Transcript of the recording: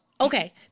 Okay